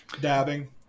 Dabbing